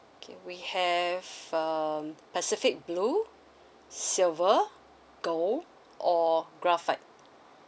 okay we have um pacific blue silver gold or graphite